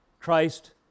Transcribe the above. Christ